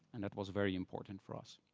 and that was very important for us.